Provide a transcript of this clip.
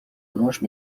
horloge